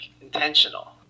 intentional